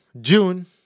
June